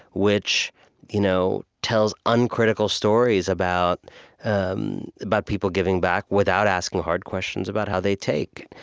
which you know tells uncritical stories about um about people giving back without asking hard questions about how they take.